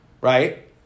right